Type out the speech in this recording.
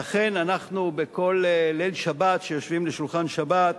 ואכן, אנחנו בכל ליל שבת יושבים לשולחן שבת,